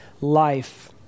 life